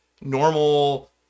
normal